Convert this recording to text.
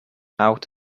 out